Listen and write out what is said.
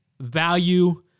value